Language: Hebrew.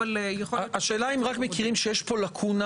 אבל יכול להיות --- השאלה אם רק מכירים שיש פה לקונה